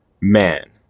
man